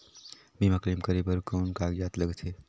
बीमा क्लेम करे बर कौन कागजात लगथे?